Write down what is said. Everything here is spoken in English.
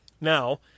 Now